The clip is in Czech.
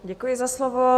Děkuji za slovo.